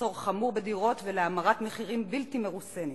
למחסור חמור בדירות ולהאמרת מחירים בלתי מרוסנת.